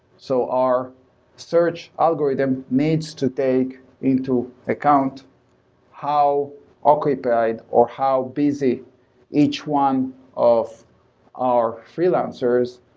so our search algorithm needs to take into account how occupied or how busy each one of our freelancers,